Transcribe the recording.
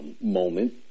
moment